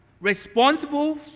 responsible